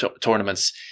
tournaments